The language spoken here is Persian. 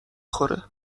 خوره